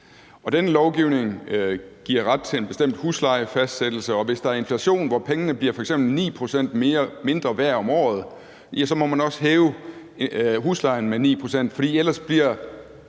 den lovgivning giver ret til en bestemt huslejefastsættelse, og at hvis der er inflation og pengene bliver f.eks. 9 pct. mindre værd om året, ja, så må man også hæve huslejen med 9 pct., for ellers bliver